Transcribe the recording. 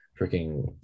freaking